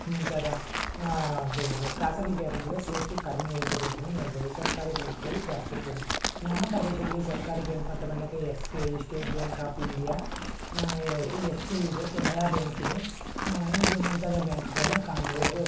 ಮುಂತಾದ ಖಾಸಗಿ ಬ್ಯಾಂಕುಗಳಲ್ಲಿ ಸೇಫ್ಟಿ ಕಡಿಮೆ ಇರುತ್ತದೆ ಅಂತನೇ ಹೇಳ್ಬೋದು ಸರ್ಕಾರಿ ಬ್ಯಾಂಕುಗಳು ಜಾಸ್ತಿ ಇರ್ತದೆ ನಮ್ಮ ಪ್ರದೇಶದಲ್ಲಿ ಸರ್ಕಾರಿ ಬ್ಯಾಂಕು ಅಂತ ಬಂದಾಗ S B I state bank of India S B I ಇದೆ ಕೆನರಾ ಬ್ಯಾಂಕಿದೆ ಹೀಗೆ ಮುಂತಾದ ಬ್ಯಾಂಕುಗಳನ್ನು ಕಾಣ್ಬೋದು